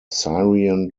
syrian